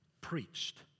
preached